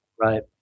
right